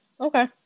okay